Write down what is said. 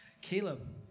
Caleb